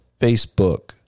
Facebook